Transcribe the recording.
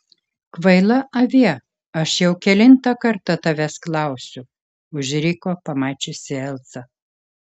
kvaila avie aš jau kelintą kartą tavęs klausiu užriko pamačiusi elzą